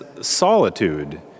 solitude